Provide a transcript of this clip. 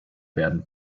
werden